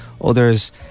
others